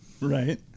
right